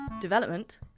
development